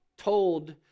told